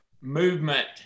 movement